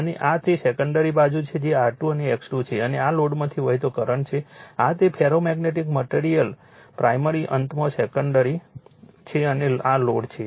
અને આ તે સેકન્ડરી બાજુ છે જે R2 અને X2 છે અને આ લોડમાંથી વહેતો કરંટ છે આ તે ફેરોમેગ્નેટીક મટેરીઅલ પ્રાઇમરી અંતમાં સેકન્ડરી છે અને આ લોડ છે